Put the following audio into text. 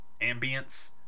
ambience